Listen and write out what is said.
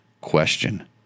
question